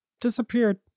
disappeared